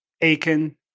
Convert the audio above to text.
Aiken